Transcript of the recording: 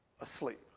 asleep